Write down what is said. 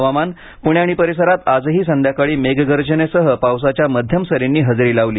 हवामान प्णे आणि परिसरात आजही संध्याकाळी मेघगर्जनेसह पावसाच्या मध्यम सरींनी हजेरी लावली